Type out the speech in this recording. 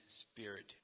spirit